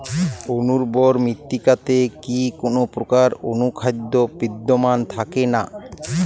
অনুর্বর মৃত্তিকাতে কি কোনো প্রকার অনুখাদ্য বিদ্যমান থাকে না?